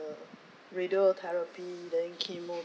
radiotherapy then chemo